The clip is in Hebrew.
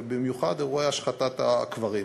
ובמיוחד אירועי השחתת הקברים.